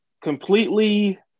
Completely